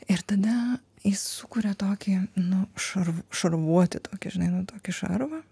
ir tada jis sukuria tokį nu šar šarvuotį tokį žinai nu tokį šarvą